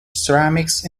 ceramics